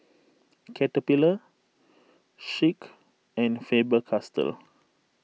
Caterpillar Schick and Faber Castell